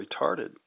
retarded